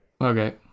Okay